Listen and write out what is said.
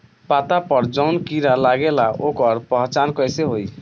पत्ता पर जौन कीड़ा लागेला ओकर पहचान कैसे होई?